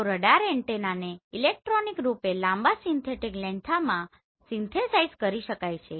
તો રડાર એન્ટેનાને ઇલેક્ટ્રોનિક રૂપે લાંબા સિન્થેટીક લેન્થમાં સિન્થેસાઈઝ કરી શકાય છે